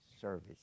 service